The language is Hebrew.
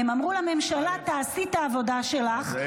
הם אמרו לממשלה: תעשי את העבודה שלך,